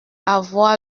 avoir